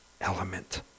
element